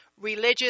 religious